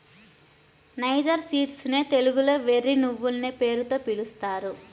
niger seeds నే తెలుగులో వెర్రి నువ్వులనే పేరుతో పిలుస్తారు